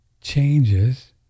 changes